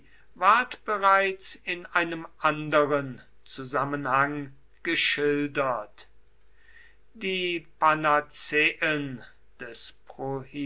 ward bereits in einem anderen zusammenhang geschildert die panazeen des